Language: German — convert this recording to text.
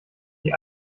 die